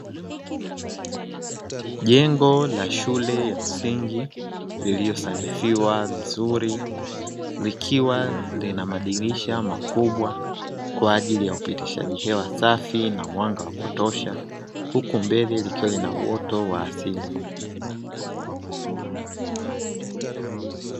Jengo la shule ya msingi lililosanifiwa vizuri likiwa lina madirisha makubwa kwa ajili ya upitishaji hewa safi na mwanga wa kutosha, huku mbele likiwa lina uoto wa asili.